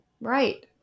Right